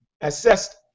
assessed